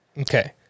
Okay